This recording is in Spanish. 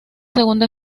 segunda